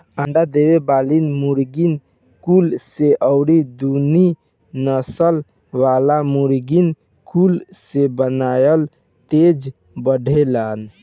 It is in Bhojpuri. अंडा देवे वाली मुर्गीन कुल से अउरी दुनु नसल वाला मुर्गिन कुल से बायलर तेज बढ़ेला